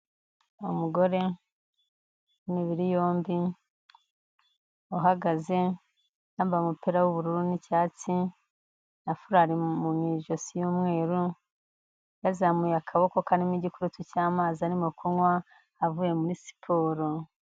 Umugore w'imibiri yombi uhagaze, yambaye umupira w'ubururu n'icyatsi na furari mu mu ijosi y'umweru, yazamuye akaboko karimo igikurutu cy'amazi arimo kunywa avuye muri siporo.